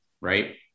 Right